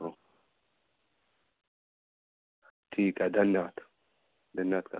हो ठीक आहे धन्यवाद धन्यवाद का